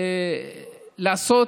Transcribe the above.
לעשות